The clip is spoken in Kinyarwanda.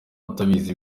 ubutabazi